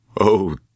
Oh